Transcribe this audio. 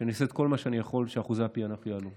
שאני אעשה את כל מה שאני יכול כדי שאחוזי הפענוח יעלו.